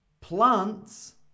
plants